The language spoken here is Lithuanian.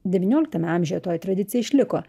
devynioliktame amžiuje toji tradicija išliko